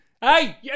Hey